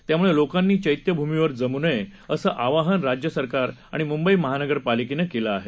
त्यामुळे लोकांनी चैत्यभूमीवर जमू नये असं आवाहन राज्य सरकार आणि मुंबई महानगरपालिकेनं केलं आहे